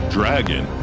Dragon